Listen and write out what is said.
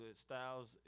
Styles